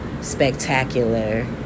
spectacular